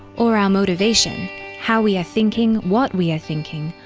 or our motivation how we are thinking, what we are thinking,